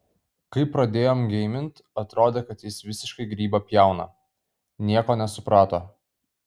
kai pradėjom geimint atrodė kad jis visiškai grybą pjauna nieko nesuprato